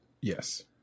Yes